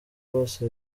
bose